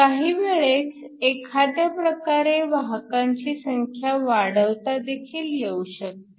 काही वेळेस एखाद्या प्रकारे वाहकांची संख्या वाढवता देखील येऊ शकते